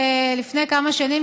לפני כמה שנים,